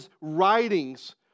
writings